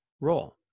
role